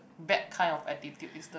bad kind of attitude is the